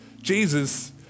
Jesus